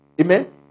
Amen